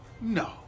No